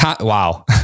Wow